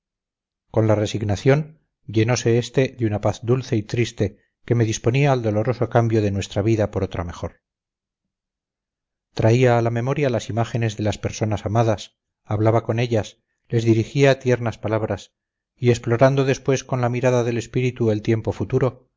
con la resignación llenose este de una paz dulce y triste que me disponía al doloroso cambio de nuestra vida por otra mejor traía a la memoria las imágenes de las personas amadas hablaba con ellas les dirigía tiernas palabras y explorando después con la mirada del espíritu el tiempo futuro